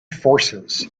forces